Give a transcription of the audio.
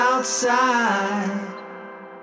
Outside